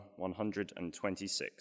126